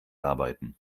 arbeiten